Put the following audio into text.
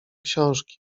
książki